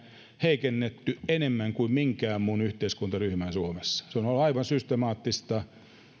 heikennetty enemmän kuin minkään muun yhteiskuntaryhmän suomessa se on ollut aivan systemaattista